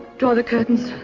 draw the curtains.